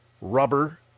rubber